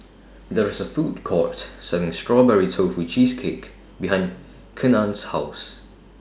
There IS A Food Court Selling Strawberry Tofu Cheesecake behind Kenan's House